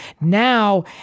now